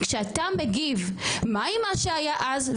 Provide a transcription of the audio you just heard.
כשאתה מגיב, מה עם מה שהיה אז?